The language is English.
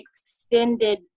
extended